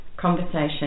conversation